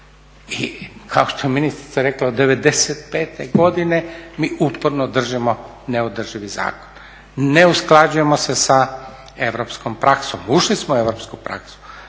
I kao što je ministrica rekla, od '95. godine mi uporno držimo neodrživi zakon, ne usklađujemo se sa europskom praksom. Ušli smo u europsku praksu.